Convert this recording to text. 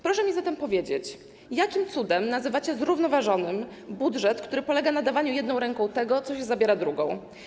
Proszę mi zatem powiedzieć, jakim cudem nazywacie zrównoważonym budżet, który polega na dawaniu jedną ręką tego, co się zabiera drugą.